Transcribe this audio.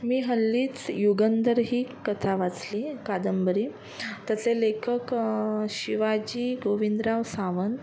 मी हल्लीच युगंदर ही कथा वाचली कादंबरी त्याचे लेखक शिवाजी गोविंदराव सावन